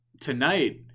tonight